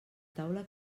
taula